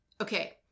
Okay